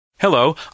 Hello